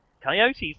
Coyote's